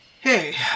Hey